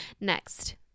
Next